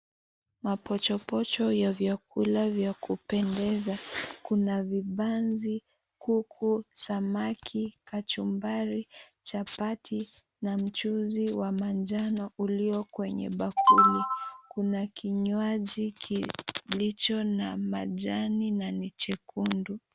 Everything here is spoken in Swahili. Mapochopocho ya vyakula vya kupendeza. Kuna vibanzi, kuku, samaki, kachumbari, chapati na mchuuzi wa manjano ulio kwenye bakuli. Kuna kinywaji kilicho na majani na ni chekundu.